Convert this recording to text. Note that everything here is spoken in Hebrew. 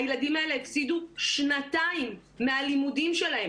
הילדים האלה הפסידו שנתיים מהלימודים שלהם